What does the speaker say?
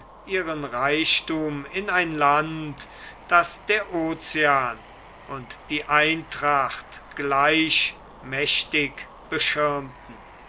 ihren reichthum in ein land das der ocean und die eintracht gleich mächtig beschirmten